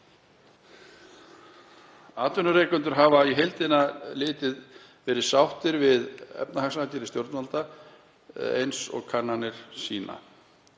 Atvinnurekendur hafa á heildina litið verið sáttir við efnahagsaðgerðir stjórnvalda eins og kannanir SA